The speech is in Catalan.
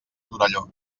torelló